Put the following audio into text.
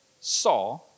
saw